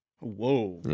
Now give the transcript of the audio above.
Whoa